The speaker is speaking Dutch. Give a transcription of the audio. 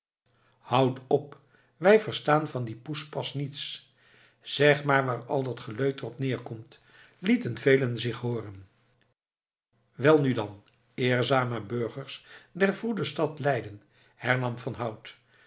houd op wij verstaan van dien poespas niets zeg maar waar al dat geleuter op neerkomt lieten velen zich hooren welnu dan eerzame burgers der vroede stad leiden hernam van hout